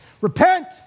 Repent